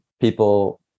people